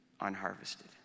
unharvested